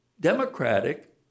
democratic